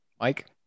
Mike